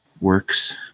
works